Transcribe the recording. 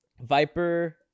Viper